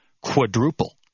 quadruple